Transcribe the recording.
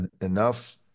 enough